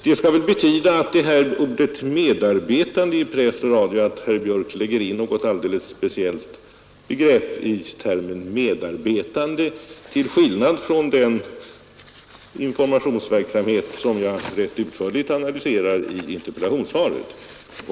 Det skall väl betyda att herr Björck när det gäller ”medarbetande i press, radio och television” lägger in ett alldeles speciellt begrepp i ”medarbetande” till skillnad från den informationsverksamhet jag rätt utförligt analyserar i interpellationssvaret.